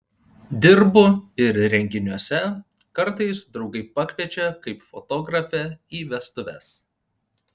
dirbu ir renginiuose kartais draugai pakviečia kaip fotografę į vestuves